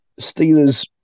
Steelers